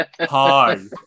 hard